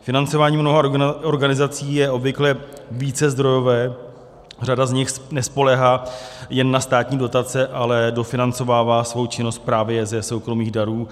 Financování mnoha organizací je obvykle vícezdrojové, řada z nich nespoléhá jen na státní dotace, ale dofinancovává svou činnost právě ze soukromých darů.